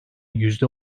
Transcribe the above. yüzde